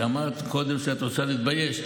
כי אמרת קודם שאת רוצה להתבייש.